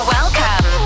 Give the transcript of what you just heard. Welcome